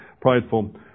prideful